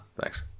Thanks